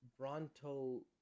bronto